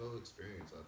experience